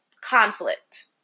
conflict